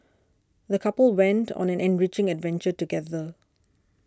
the couple went to on an enriching adventure together